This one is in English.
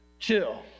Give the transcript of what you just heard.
chill